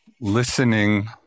listening